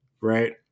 right